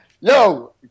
Yo